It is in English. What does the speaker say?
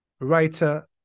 writer